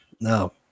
no